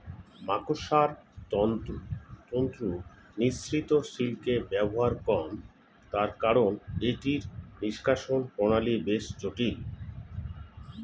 মাকড়সার তন্তু নিঃসৃত সিল্কের ব্যবহার কম, তার কারন এটির নিষ্কাশণ প্রণালী বেশ জটিল